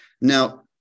Now